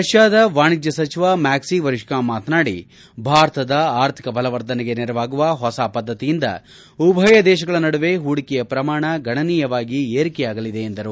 ರಷ್ಯಾದ ವಾಣಿಜ್ಯ ಸಚಿವ ಮ್ಯಾಕ್ಷಿ ಒರಿಷ್ಕಾಮ್ ಮಾತನಾಡಿ ಭಾರತದ ಆರ್ಥಿಕ ಬಲವರ್ಧನೆಗೆ ನೆರವಾಗುವ ಹೊಸ ಪದ್ದತಿಯಿಂದ ಉಭಯ ದೇಶಗಳ ನಡುವೆ ಹೂಡಿಕೆಯ ಪ್ರಮಾಣ ಗಣನೀಯವಾಗಿ ಏರಿಕೆಯಾಗಲಿದೆ ಎಂದರು